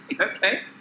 Okay